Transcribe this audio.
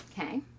okay